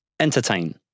entertain